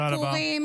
רע לעקורים,